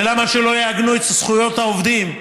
ולמה שלא יעגנו את זכויות העובדים?